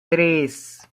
tres